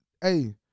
hey